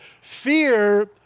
fear